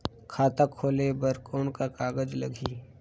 खाता खोले बर कौन का कागज लगही?